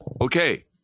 Okay